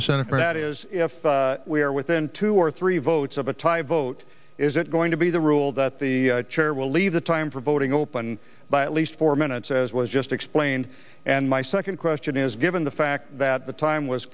senator that is if we are within two or three votes of a tie vote is it going to be the rule that the chair will leave the time for voting open by at least four minutes as well as just explained and my second question is given the fact that the time was